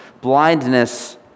Blindness